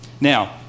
Now